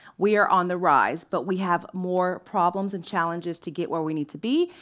we are on the rise, but we have more problems and challenges to get where we need to be.